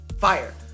Fire